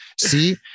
See